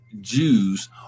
Jews